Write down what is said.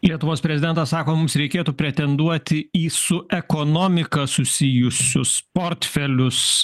lietuvos prezidentas sako mums reikėtų pretenduoti į su ekonomika susijusius portfelius